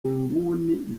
nguni